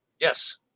Yes